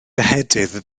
ehedydd